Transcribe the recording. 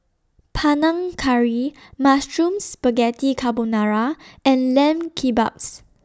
Panang Curry Mushroom Spaghetti Carbonara and Lamb Kebabs